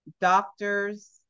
doctors